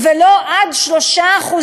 ולא עד 3%,